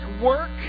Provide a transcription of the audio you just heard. work